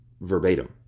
verbatim